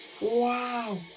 Wow